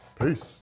Peace